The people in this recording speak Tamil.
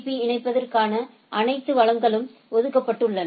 பீ இணைப்பிற்கான அனைத்து வளங்களும் ஒதுக்கப்பட்டுள்ளன